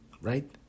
right